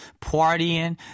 partying